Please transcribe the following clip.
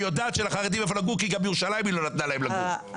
כי גם בירושלים היא לא נתנה להם לגור.